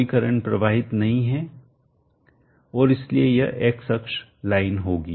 कोई करंट प्रवाह नहीं है और इसलिए यह X अक्ष लाइन होगी